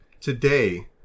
Today